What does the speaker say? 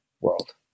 world